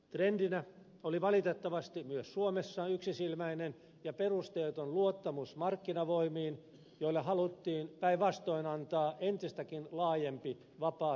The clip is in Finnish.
trendinä oli valitettavasti myös suomessa yksisilmäinen ja perusteeton luottamus markkinavoimiin joille haluttiin päinvastoin antaa entistäkin laajempi vapaa temmellyskenttä